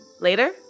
later